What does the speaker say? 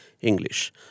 English